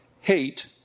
Hate